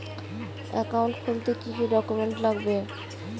Account খুলতে কি কি ডকুমেন্ট লাগবে?